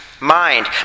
Mind